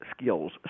skills